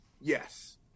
Yes